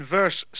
verse